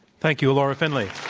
thank you, ilora finlay.